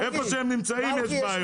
איפה שהם נמצאים יש בעיות.